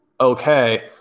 okay